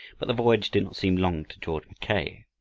but the voyage did not seem long to george mackay.